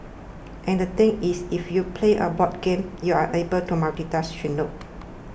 and the thing is if you play a board game you are able to multitask she notes